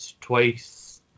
twice